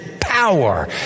power